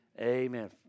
amen